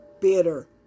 bitter